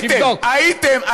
הייתם.